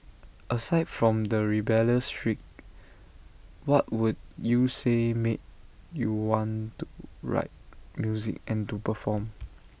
aside from the rebellious streak what would you say made you want to write music and to perform